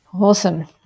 Awesome